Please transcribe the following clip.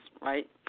Right